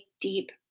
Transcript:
deep